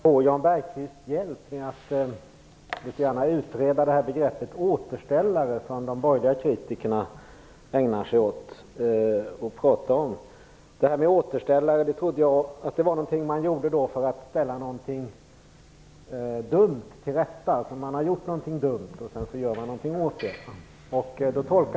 Herr talman! Jag skulle vilja ha Jan Bergqvists hjälp med att utreda begreppet återställare, som de borgerliga kritikerna talar om. Jag trodde att ordet återställare syftar på att man ställer till rätta något dumt som man har gjort.